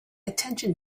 attention